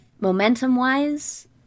Momentum-wise